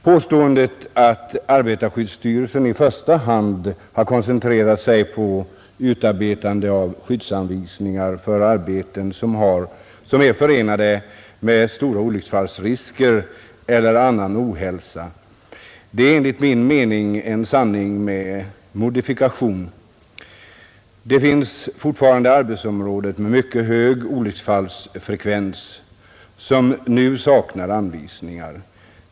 Påståendet att arbetarskyddsstyrelsen i första hand har koncentrerat sig på utarbetande av skyddsanvisningar för arbeten, som är förenade med stora risker för olycksfall eller ohälsa, är enligt min mening en sanning med modifikation. Det finns fortfarande arbetsområden med mycket hög olycksfallsfrekvens som saknar anvisningar.